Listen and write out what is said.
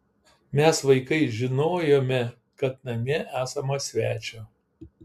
mes vaikai žinojome kad namie esama svečio